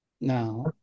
now